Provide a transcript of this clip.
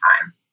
time